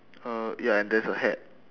uh ya and there's a hat